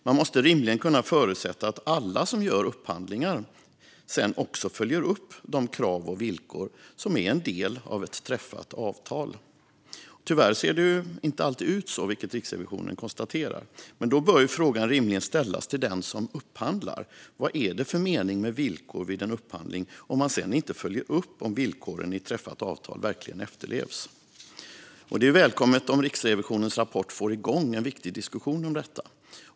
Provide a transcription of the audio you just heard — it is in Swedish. Man måste rimligen kunna förutsätta att alla som gör upphandlingar sedan följer upp alla de krav och villkor som är del av ett träffat avtal. Tyvärr ser det inte alltid ut så, vilket Riksrevisionen konstaterar. Men då bör frågan rimligen ställas till den som upphandlar: Vad det är för mening med villkor vid en upphandling om man sedan inte följer upp om villkoren i ett träffat avtal verkligen efterlevs? Det är välkommet om Riksrevisionens rapport får igång en viktig diskussion om detta.